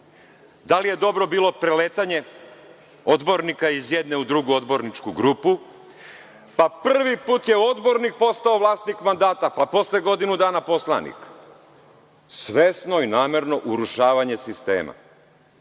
da li je dobro bilo preletanje odbornika iz jedne u drugu odborničku grupu. Prvi put je odbornik postao vlasnik mandata, pa posle godinu dana poslanik. Svesno i namerno urušavanje sistema,